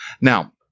Now